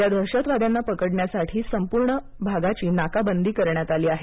या दहशतवाद्यांना पकडण्यासाठी संपूर्ण भागाची नाकाबंदी करण्यात आली आहे